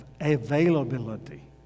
availability